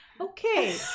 Okay